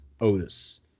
Otis